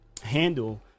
handle